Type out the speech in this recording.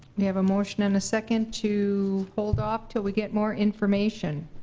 we have a motion and a second to hold off till we get more information